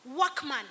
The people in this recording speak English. workman